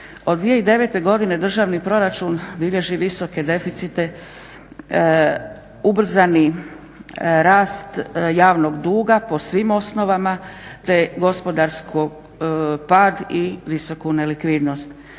Od 2009. godine državni proračun bilježi visoke deficite, ubrzani rast javnog duga po svim osnovama te gospodarski pad i visoku nelikvidnost.